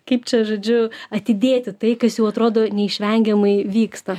kaip čia žodžiu atidėti tai kas jau atrodo neišvengiamai vyksta